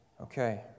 Okay